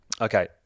Okay